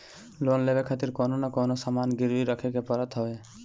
loan लेवे खातिर कवनो न कवनो सामान गिरवी रखे के पड़त हवे